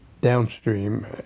downstream